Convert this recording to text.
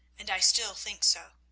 and i still think so.